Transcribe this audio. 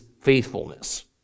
faithfulness